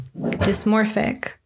Dysmorphic